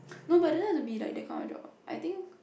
no but doesn't have to be like that kind of job I think